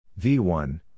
V1